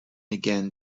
again